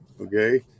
Okay